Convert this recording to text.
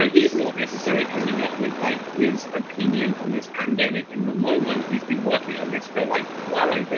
ah he's not necessarily coming up with like his opinion on this pandemic in the moment. he's been working on this for like, well over